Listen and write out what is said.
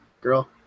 girl